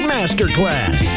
Masterclass